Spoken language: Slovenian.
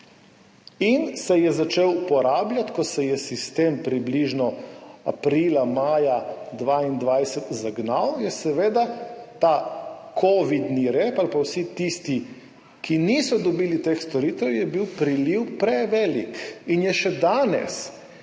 in se je začel uporabljati. Ko se je sistem približno aprila, maja 2022 zagnal, je bil seveda ta kovidni rep ali pa vsi tisti, ki niso dobili teh storitev, priliv je bil prevelik in je še danes.